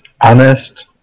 Honest